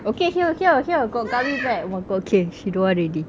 okay here here here got gummy bear oh my god okay she don't want already